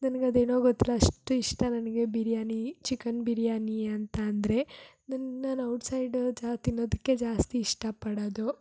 ನನ್ಗೆ ಅದೇನೋ ಗೊತ್ತಿಲ್ಲ ಅಷ್ಟು ಇಷ್ಟ ನನಗೆ ಬಿರ್ಯಾನಿ ಚಿಕನ್ ಬಿರ್ಯಾನಿ ಅಂತ ಅಂದರೆ ನನ್ನ ನಾನು ಔಟ್ಸೈಡ ಜ ತಿನ್ನೋದಕ್ಕೆ ಜಾಸ್ತಿ ಇಷ್ಟಪಡೋದು